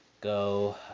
go